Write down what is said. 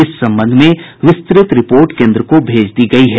इस संबंध में विस्तृत रिपोर्ट केंद्र को भेज दी गयी है